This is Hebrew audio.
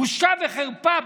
בושה וחרפה.